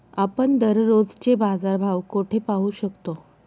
आपण दररोजचे बाजारभाव कोठे पाहू शकतो?